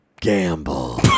Gamble